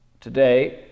Today